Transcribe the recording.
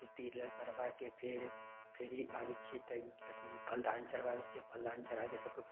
तिलक करबाके फेर फेर आबय छियै तऽ अथी फलदान चढ़बाबय छियै फलदान चढ़ाके सबके